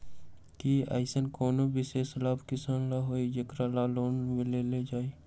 कि अईसन कोनो विशेष लाभ किसान ला हई जेकरा ला लोन लेल जाए?